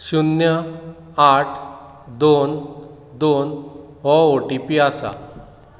शुन्य आठ दोन दोन हो ओ टी पी आसा